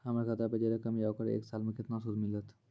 हमर खाता पे जे रकम या ओकर एक साल मे केतना सूद मिलत?